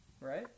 Right